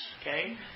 Okay